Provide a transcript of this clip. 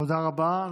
תודה רבה.